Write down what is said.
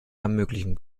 ermöglichen